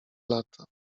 lata